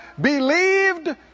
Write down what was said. believed